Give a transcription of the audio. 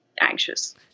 anxious